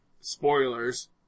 spoilers